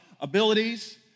abilities